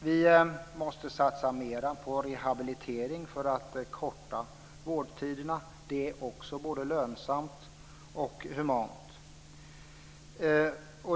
Vi måste satsa mer på rehabilitering för att korta vårdtiderna. Det är också både lönsamt och humant.